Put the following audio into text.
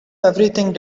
everything